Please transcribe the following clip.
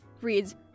reads